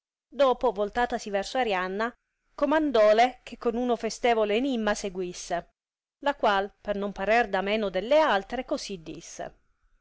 dopo voltatasi verso arianna cornandole che con uno festevole enimma seguisse la qual per non parer da meno delle altre cosi disse